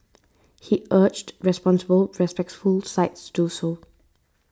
he urged responsible respectable sites do so